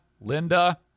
Linda